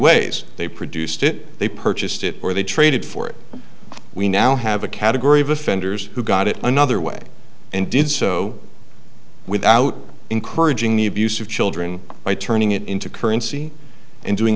ways they produced it they purchased it or they traded for it we now have a category of offenders who got it another way and did so without encouraging the abuse of children by turning it into currency and doing